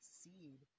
seed